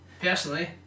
Personally